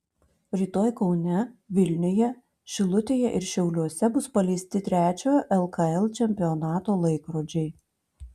rytoj kaune vilniuje šilutėje ir šiauliuose bus paleisti trečiojo lkl čempionato laikrodžiai